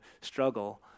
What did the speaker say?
struggle